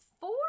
four